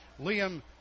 Liam